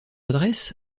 adresse